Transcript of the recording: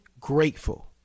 grateful